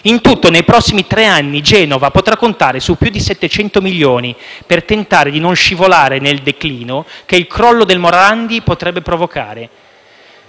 In tutto nei prossimi tre anni Genova potrà contare su più di 700 milioni per tentare di non scivolare nel declino che il crollo del Morandi potrebbe provocare.